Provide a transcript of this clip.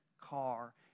car